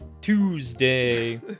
tuesday